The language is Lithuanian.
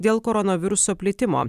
dėl koronaviruso plitimo